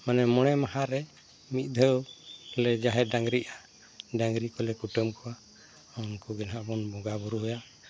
ᱢᱟᱱᱮ ᱢᱚᱬᱮ ᱢᱟᱦᱟᱨᱮ ᱢᱤᱫᱫᱷᱟᱹᱣ ᱞᱮ ᱡᱟᱦᱮᱨ ᱰᱟᱝᱨᱤᱜᱼᱟ ᱰᱟᱝᱨᱤ ᱠᱚᱞᱮ ᱠᱩᱴᱟᱹᱢ ᱠᱚᱣᱟ ᱩᱱᱠᱩᱜᱮ ᱱᱟᱜ ᱵᱚᱱ ᱵᱚᱸᱜᱟ ᱵᱩᱨᱩᱭᱟ